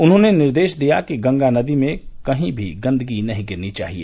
उन्होंने निर्देश दिया कि गंगा नदी में कहीं भी गंदगी नहीं गिरनी चाहिए